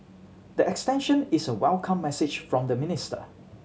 the extension is a welcome message from the minister